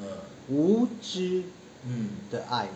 无知的爱